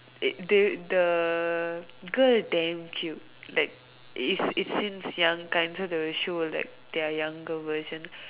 it they the girl damn cute like is it since young time so they will show like their younger version